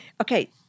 Okay